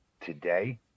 today